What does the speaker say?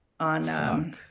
On